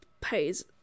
pays